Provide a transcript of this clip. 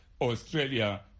Australia